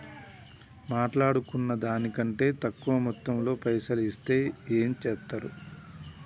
మాట్లాడుకున్న దాని కంటే తక్కువ మొత్తంలో పైసలు ఇస్తే ఏం చేత్తరు?